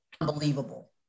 unbelievable